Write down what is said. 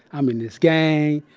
i'm in this gang.